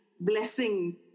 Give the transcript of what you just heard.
blessing